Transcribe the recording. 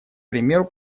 примеру